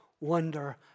wonder